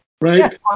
right